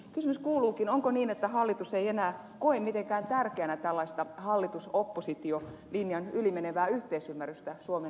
kysymys kuuluukin onko niin että hallitus ei enää koe mitenkään tärkeänä tällaista hallitusoppositio linjan yli menevää yhteisymmärrystä suomen puolustuspolitiikassa